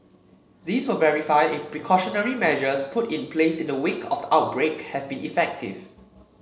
this will verify if precautionary measures put in place in the wake of the outbreak have been effective